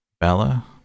Bella